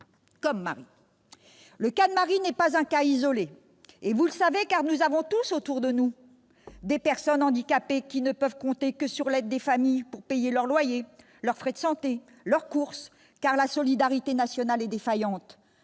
soixante ans. Le cas de Marie n'est pas un cas isolé, et vous le savez : nous avons tous autour de nous des personnes handicapées qui ne peuvent compter que sur l'aide des familles pour payer leur loyer, leurs frais de santé ou leurs courses, car la solidarité nationale est défaillante.